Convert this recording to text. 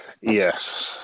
yes